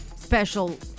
special